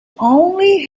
only